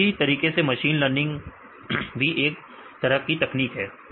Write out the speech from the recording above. तो इसी तरीके से मशीन लर्निंग भी एक अलग तरह की तकनीक है